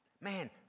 Man